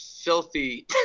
filthy